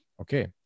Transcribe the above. Okay